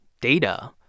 data